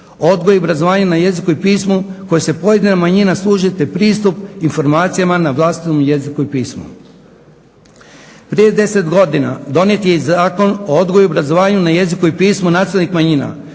odgoj i obrazovanje na jeziku i pismu kojim se pojedina manjina služi te pristup informacijama na vlastitom jeziku i pismu. Prije 10 godina donijet je i zakon o odgoju i obrazovanju na jeziku i pismu nacionalnih manjina